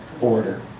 order